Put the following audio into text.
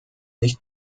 nicht